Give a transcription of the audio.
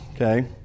Okay